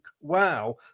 Wow